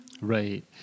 Right